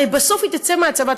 הרי בסוף היא תצא מהצבא,